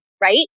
right